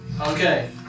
Okay